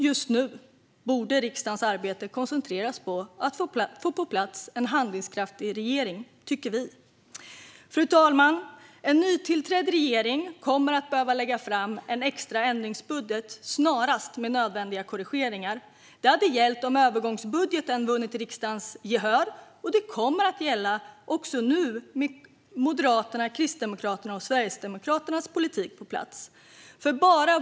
Just nu borde riksdagens arbete koncentreras på att få på plats en handlingskraftig regering, tycker vi. Fru talman! En nytillträdd regering kommer att snarast behöva lägga fram en extra ändringsbudget med nödvändiga korrigeringar. Det hade gällt om övergångsbudgeten vunnit riksdagens gehör och det kommer att gälla också nu med Moderaternas, Kristdemokraternas och Sverigedemokraternas politik på plats.